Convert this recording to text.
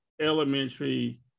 elementary